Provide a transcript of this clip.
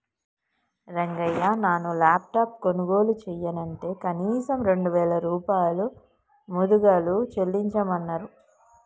రంగయ్య నాను లాప్టాప్ కొనుగోలు చెయ్యనంటే కనీసం రెండు వేల రూపాయలు ముదుగలు చెల్లించమన్నరు